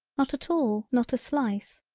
not at all not a slice,